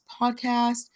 podcast